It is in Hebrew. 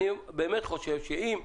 אני באמת חושב שאולי יש